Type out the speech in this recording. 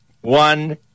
One